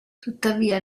tuttavia